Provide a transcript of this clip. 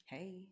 Hey